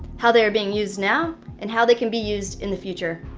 how they are being used now, and how they can be used in the future.